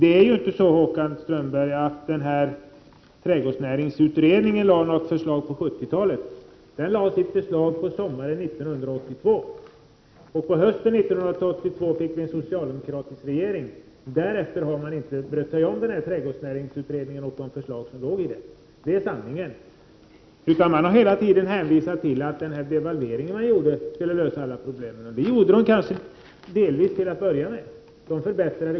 Trädgårdsnäringsutredningen lade inte fram något förslag på 1970-talet, Håkan Strömberg, utan förslaget kom på sommaren 1982. På hösten samma år fick vi en socialdemokratisk regering. Den har därefter inte brytt sig om denna trädgårdsnäringsutredning och förslagen i densamma. Det är sanningen. Man har hela tiden hänvisat till att devalveringen skulle lösa alla problem. Det var kanske också fallet till att börja med.